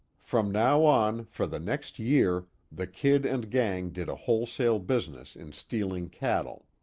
from now on, for the next year, the kid and gang did a wholesale business in stealing cattle.